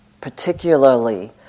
particularly